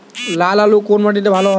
লাল আলু কোন মাটিতে ভালো হয়?